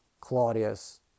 Claudius